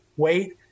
wait